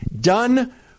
done